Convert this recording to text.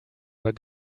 were